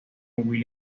william